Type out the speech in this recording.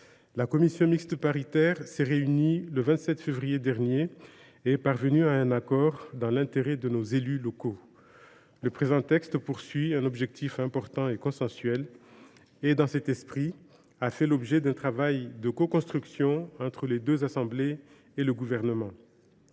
La commission mixte paritaire s’est réunie le 27 février dernier ; elle est parvenue à un accord, dans l’intérêt de nos élus locaux. Le présent texte vise un objectif important et consensuel. Dans cet esprit, il a fait l’objet d’un travail de coconstruction entre les deux assemblées et le Gouvernement.